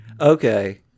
Okay